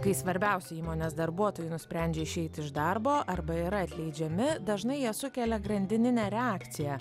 kai svarbiausi įmonės darbuotojai nusprendžia išeiti iš darbo arba yra atleidžiami dažnai jie sukelia grandininę reakciją